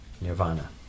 nirvana